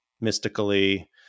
mystically